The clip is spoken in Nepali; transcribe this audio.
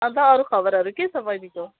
अन्त अरू खबरहरू के छ बहिनीको